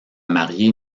mariée